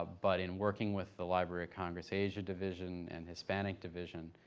ah but in working with the library of congress asia division and hispanic division,